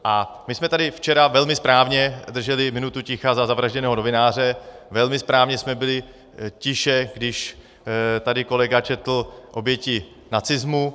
A my jsme tady včera velmi správně drželi minutu ticha za zavražděného novináře, velmi správně jsme byli tiše, když tady kolega četl oběti nacismu.